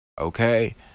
Okay